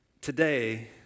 today